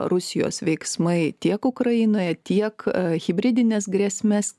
rusijos veiksmai tiek ukrainoje tiek hibridines grėsmes